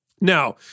Now